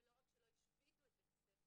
ולא רק שלא השביתו את בית הספר,